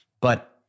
But-